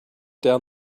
down